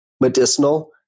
medicinal